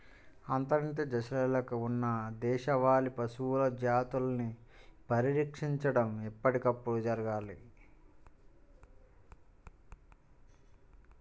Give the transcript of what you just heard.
అంతరించే దశలో ఉన్న దేశవాళీ పశువుల జాతులని పరిరక్షించడం ఎప్పటికప్పుడు జరగాలి